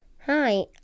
Hi